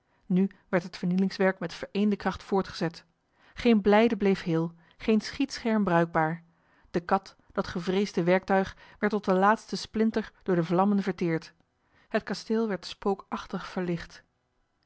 nu werd het vernielingswerk met vereende kracht voortgezet geen blijde bleef heel geen schietscherm bruikbaar de kat dat gevreesde werktuig werd tot den laatsten splinter door de vlammen verteerd het kasteel werd spookachtig verlicht